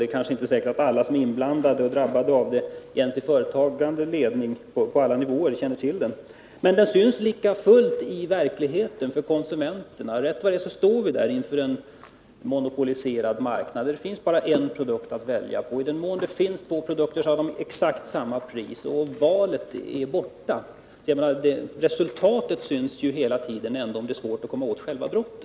Det är inte säkert att alla blir inblandade och drabbade av kartellen, kanske inte ens de som är ledande på olika nivåer känner till den. Men lika fullt ser konsumenterna spåren av den i verkligheten. Rätt som det är står vi där med en monopoliserad marknad, där det finns bara en produkt. Om det finns två produkter att välja bland, har dessa exakt samma pris. Valmöjligheten finns alltså inte längre. Resultatet syns ju hela tiden, även om det är svårt att komma åt själva brottet.